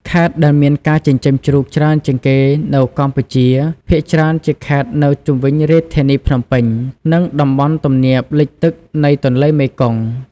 ខេត្តដែលមានការចិញ្ចឹមជ្រូកច្រើនជាងគេនៅកម្ពុជា ភាគច្រើនជាខេត្តនៅជុំវិញរាជធានីភ្នំពេញ និងតំបន់ទំនាបលិចទឹកនៃទន្លេមេគង្គ។